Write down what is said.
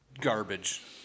garbage